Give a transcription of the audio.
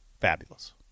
Fabulous